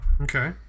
okay